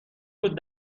بود